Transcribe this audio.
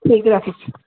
ठीक हइ रखैत छी